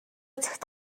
цагт